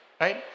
right